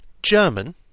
German